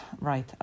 Right